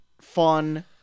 fun